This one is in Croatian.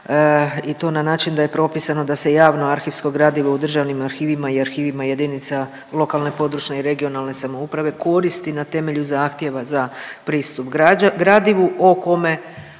i to na način da je propisano da se javno arhivsko gradivo u državnim arhivima i arhivima JLPRS koristi na temelju zahtjeva za pristup gradivu o kome